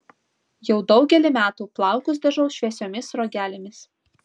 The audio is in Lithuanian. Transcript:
jau daugelį metų plaukus dažau šviesiomis sruogelėmis